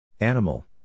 Animal